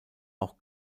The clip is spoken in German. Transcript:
auch